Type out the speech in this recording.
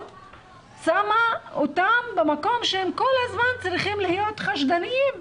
שמה אותם במקום שהם כל הזמן צריכים להיות חשדניים.